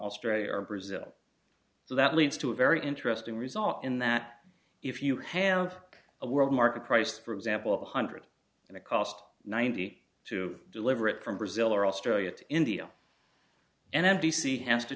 australia or brazil so that leads to a very interesting result in that if you have a world market price for example a hundred and it costs ninety to deliver it from brazil or australia to india and n b c has to